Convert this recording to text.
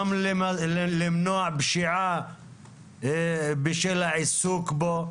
גם למנוע פשיעה בשל העיסוק בו.